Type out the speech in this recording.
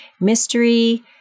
Mystery